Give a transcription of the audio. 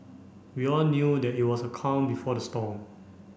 we all knew that it was the calm before the storm